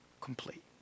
complete